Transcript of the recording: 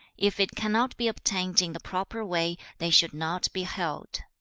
if it cannot be obtained in the proper way, they should not be held.